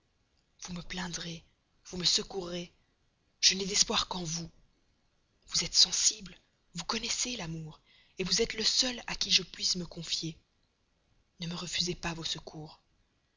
vous me plaindrez vous me secourrez je n'ai d'espoir qu'en vous vous êtes sensible vous connaissez l'amour vous êtes le seul à qui je puisse me confier ne me refusez pas vos secours